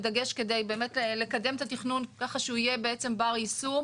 דגש כדי באמת לקדם את התכנון כך שהוא יהיה בעצם בר יישום.